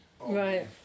Right